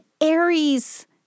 Aries